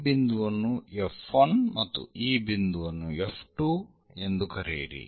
ಈ ಬಿಂದುವನ್ನು F1 ಮತ್ತು ಈ ಬಿಂದುವನ್ನು F2 ಎಂದು ಕರೆಯಿರಿ